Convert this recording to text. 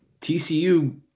TCU